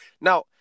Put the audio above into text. Now